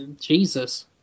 Jesus